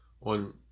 on